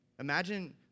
Imagine